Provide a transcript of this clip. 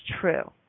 true